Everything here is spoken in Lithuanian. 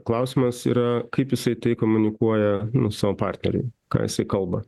klausimas yra kaip jisai tai komunikuoja savo partneriui ką jisai kalba